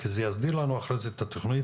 כי זה יסדיר לנו אחרי זה את התכנית,